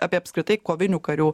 apie apskritai kovinių karių